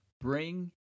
Bring